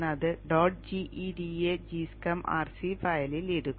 geda gschem rc ഫയലിൽ ഇടുക